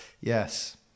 Yes